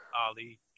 Ali